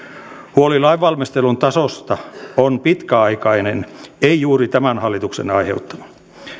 huoli lainvalmistelun tasosta on pitkäaikainen ei juuri tämän hallituksen aiheuttama